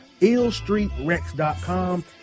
IllStreetRex.com